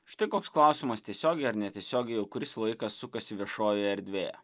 štai koks klausimas tiesiogiai ar netiesiogiai jau kuris laikas sukasi viešojoje erdvėje